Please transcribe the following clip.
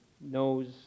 knows